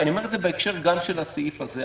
אני אומר את זה גם בהקשר לסעיף הזה.